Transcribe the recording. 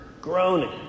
groaning